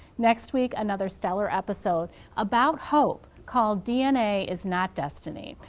next week another stellar episode about hope called, dna is not destiny.